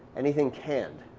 anything canned.